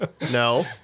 no